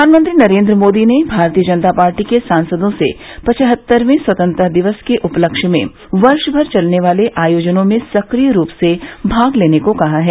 प्रधानमंत्री नरेन्द्र मोदी ने भारतीय जनता पार्टी के सांसदों से पचहत्तरयें स्वतंत्रता दिवस के उपलक्ष्य मे वर्ष भर चलने वाले आयोजनों में सक्रिय रूप से भाग लेने को कहा है